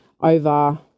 over